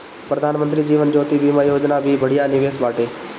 प्रधानमंत्री जीवन ज्योति बीमा योजना भी बढ़िया निवेश बाटे